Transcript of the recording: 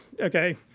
okay